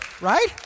Right